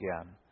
again